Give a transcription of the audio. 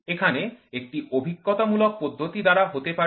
এখানে একটি অভিজ্ঞতামূলক পদ্ধতি দ্বারা হতে পারে